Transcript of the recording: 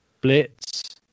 blitz